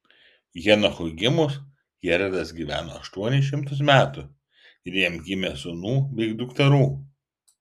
henochui gimus jeredas gyveno aštuonis šimtus metų ir jam gimė sūnų bei dukterų